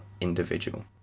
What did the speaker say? individual